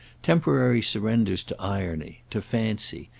temporary surrenders to irony, to fancy,